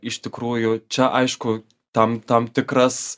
iš tikrųjų čia aišku tam tam tikras